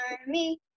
army